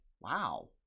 Wow